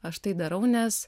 aš tai darau nes